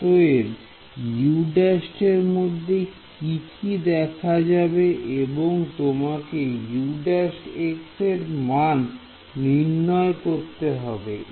অতএব U′ এরমধ্যে কি কি দেখা যাবে এবং তোমাকে U′ এর মান নির্ণয় করতে হবে